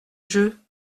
jeu